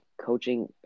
coaching